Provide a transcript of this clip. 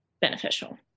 beneficial